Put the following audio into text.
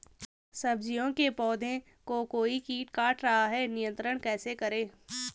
सब्जियों के पौधें को कोई कीट काट रहा है नियंत्रण कैसे करें?